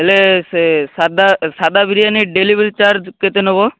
ହେଲେ ସେ ସାଧା ସାଧା ବିରିୟାନୀ ଡେଲିଭରି ଚାର୍ଜ କେତେ ନେବ